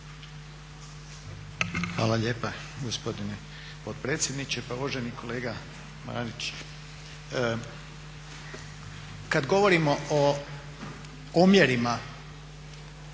Hvala lijepo gospodine potpredsjedniče. Pa uvaženi kolega Marić, kada govorimo o omjerima